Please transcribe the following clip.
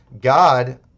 God